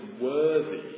worthy